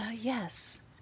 yes